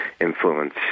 influence